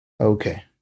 Okay